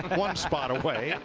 one spot away.